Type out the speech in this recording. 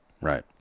Right